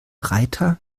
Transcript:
reiter